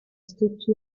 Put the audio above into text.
stocké